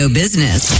business